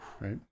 right